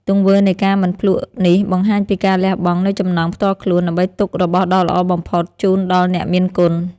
ទង្វើនៃការមិនភ្លក្សនេះបង្ហាញពីការលះបង់នូវចំណង់ផ្ទាល់ខ្លួន ដើម្បីទុករបស់ដ៏ល្អបំផុតជូនដល់អ្នកមានគុណ។